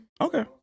okay